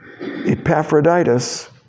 Epaphroditus